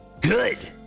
Good